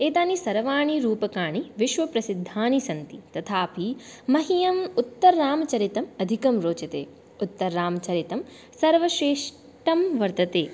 एतानि सर्वाणि रूपकाणि विश्वप्रसिद्धानि सन्ति तथापि मह्यम् उत्तररामचरितम् अधिकं रोचते उत्तररामचरितं सर्वश्रेष्ठं वर्तते